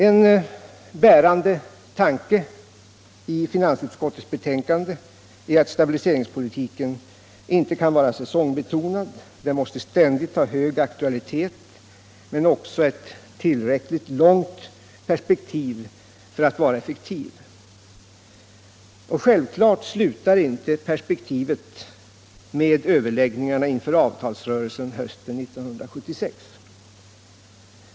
En bärande tanke i finansutskottets betänkande är att stabiliseringspolitiken inte kan vara säsongbetonad. Den måste ständigt ha hög aktualitet men också ett tillräckligt långt perspektiv för att vara effektiv. Självfallet slutar inte perspektivet med överläggningarna inför avtalsrörelsen hösten 1976.